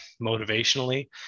motivationally